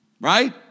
right